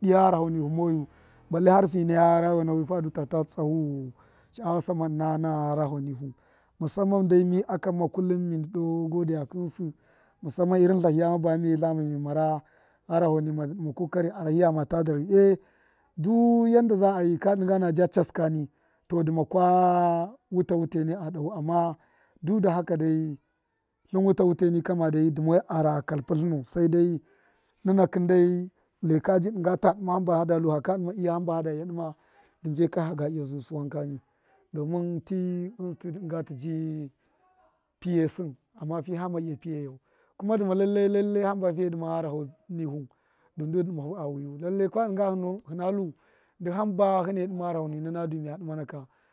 dṫya gharaho nihu moyu balle har fi naya rayuwa na wi fadu ta ta tsahu sha’awa sama ṫna na gharaho nihu musamman dai mi akamma kullum mi ndṫ doo godekṫ ghṫnsṫ musamman irin tlahiya ma ba miye mara gharaho nima dṫ dṫma kokari arahiyama ta darhṫ e du yanda za’ayi ka dṫnga na ja chasṫ kani to dṫma kwa wuta wuteni a dahu amma duda haka dai tlṫn wuta wute ni kama dṫma hamba da lu haka dṫma hamba hada iya dṫma haga iya zusṫ wanka domun t ghṫnsṫ dṫ dṫnga lṫya piye sṫn amma fihame iya piyeyau kuma duma lalle lalle hamba fiye dṫme gharaho nihu dṫn ndu dṫ dṫma hu a wiyu lallai kwa dṫ nga hṫna lu dṫ hamba hṫne dṫma gharaho nnana du miya dṫmana ka.